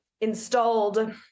installed